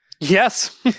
yes